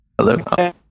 Hello